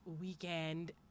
weekend